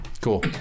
Cool